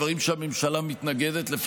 דברים שהממשלה מתנגדת להם.